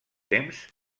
temps